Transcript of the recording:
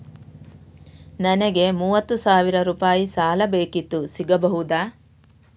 ನನಗೆ ಮೂವತ್ತು ಸಾವಿರ ರೂಪಾಯಿ ಸಾಲ ಬೇಕಿತ್ತು ಸಿಗಬಹುದಾ?